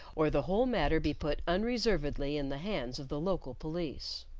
or the whole matter be put unreservedly in the hands of the local police.